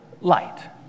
light